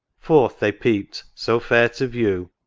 forth they peeped so fair to view.